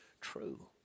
true